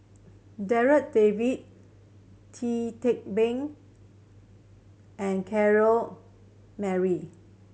Darryl David Tee Tua Been and Corrinne Mary